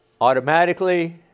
automatically